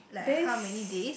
based